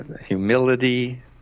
humility